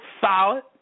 solid